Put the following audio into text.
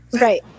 Right